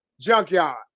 Junkyard